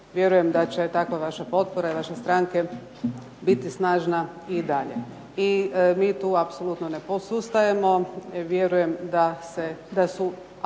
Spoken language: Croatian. Vjerujem da će takva vaša potpora i vaše stranke biti snažna i dalje, i mi tu apsolutno ne posustajemo. Vjerujem da su